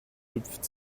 hüpft